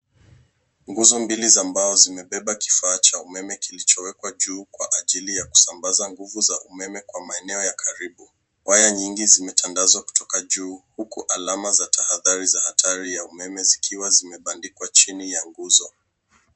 Nguzo mbiliza mbao kimebeba kifaa cha umeme kilichowekwa juu kwa ajili ya kusambaza nguvu za umeme kwa maeneo ya karibu. Waya nyingi zimetandazwa kutoka juu huku alama za tahadhari za athari ya umeme zikiwa zimebandikwa chini ya nguzo.